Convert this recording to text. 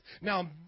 Now